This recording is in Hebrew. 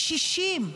קשישים?